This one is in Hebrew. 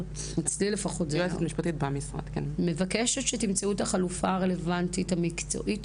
אני מבקשת שתמצאו את החלופה הרלוונטית המקצועית,